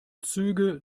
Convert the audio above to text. züge